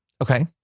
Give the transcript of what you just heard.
Okay